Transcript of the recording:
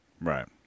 Right